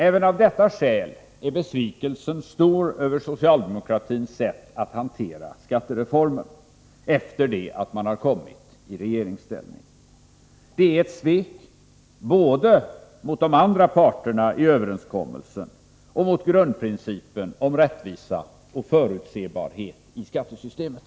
Även av detta skäl är besvikelsen stor över socialdemokratins sätt att hantera skattereformen efter det att man kommit i regeringsställning. Det är ett svek både mot de andra parterna i överenskommelsen och mot grundprincipen om rättvisa och förutsebarhet i skattesystemet.